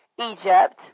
Egypt